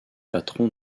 patron